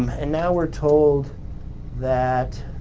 and now we're told that